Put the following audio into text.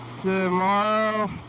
Tomorrow